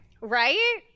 Right